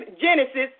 Genesis